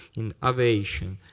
in aviation.